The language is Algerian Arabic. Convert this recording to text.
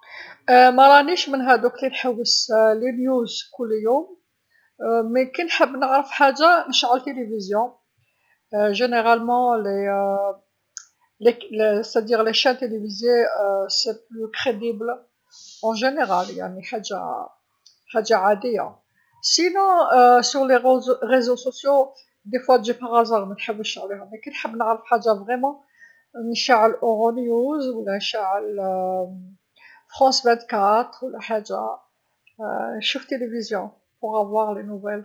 مارانيش من هاذوك لنحوس الأخبار كل اليوم بصح كنحب نعرف حاجه نشعل تيليفيزيو، في العموم يعني القنوات تيليفونيه ذات مصداقيه في العموم يعني حاجه، حاجه عاديه، و لا في المواقع تواصل الإجتماعي أحيانا تجي غي هكذا منحوسش عليها، كنحب نعرف حاجه نيشان، نشعل أوغوني نيوز و لا فرانس ربعا و عشرين و لا حاجه، نشوف تيليفيزيو باش نعرف الجديد.